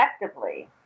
effectively